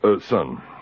son